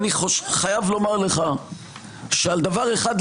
אני חייב לומר לך שעל דבר אחד,